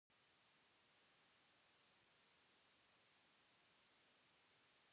यही खातिन कस्टमर सब आवा ले बैंक मे?